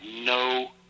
no